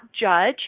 judge